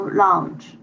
lounge